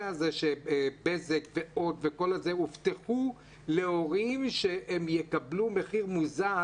בזק וחברות אחרות הבטיחו להורים שהם יקבלו מחיר מוזל